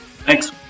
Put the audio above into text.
Thanks